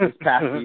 past